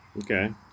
Okay